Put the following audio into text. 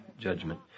judgment